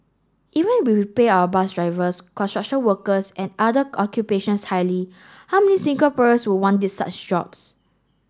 even we paid our bus drivers construction workers and other occupations highly how many Singaporeans would want such jobs